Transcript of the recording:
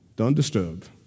Undisturbed